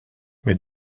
mais